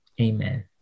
amen